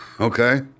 Okay